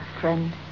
friend